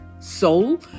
soul